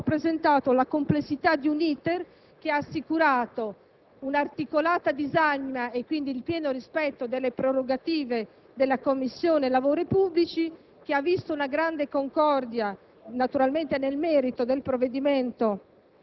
Quindi, nel riferire sull'andamento dei lavori della Commissione, ho rappresentato la complessità di un *iter* che ha assicurato un'articolata disamina del provvedimento - e quindi il pieno rispetto delle prerogative della Commissione lavori pubblici